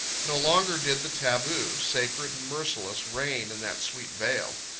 no longer did the taboo, sacred and merciless, reign in that sweet vale.